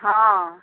हॅं